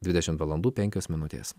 dvidešimt valandų penkios minutės